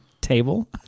table